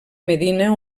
medina